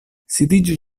sidiĝu